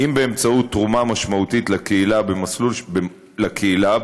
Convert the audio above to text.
אם באמצעות תרומה משמעותית לקהילה במסלול שנת